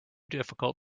difficult